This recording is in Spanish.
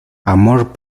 amor